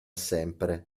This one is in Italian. sempre